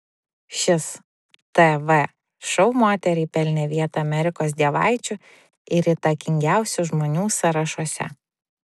šis tv šou moteriai pelnė vietą amerikos dievaičių ir įtakingiausių žmonių sąrašuose